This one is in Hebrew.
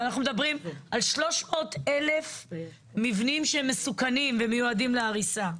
ואנחנו מדברים על שלוש מאות אלף מבנים שהם מסוכנים ומיועדים להריסה.